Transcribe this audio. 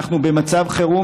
אנחנו במצב חירום,